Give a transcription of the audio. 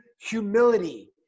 humility